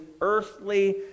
earthly